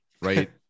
right